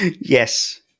Yes